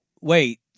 wait